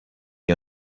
you